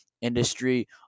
industry